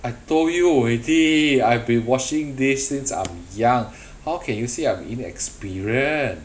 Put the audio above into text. I told you already I've been washing dish since I'm young how can you say I'm inexperienced